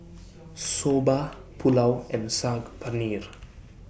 Soba Pulao and Saag Paneer